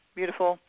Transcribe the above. beautiful